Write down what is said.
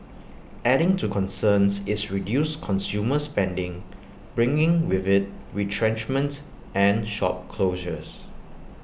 adding to concerns is reduced consumer spending bringing with IT retrenchments and shop closures